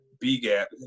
B-gap